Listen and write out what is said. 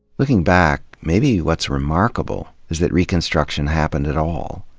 looking back, maybe what's remarkable is that reconstruction happened at all,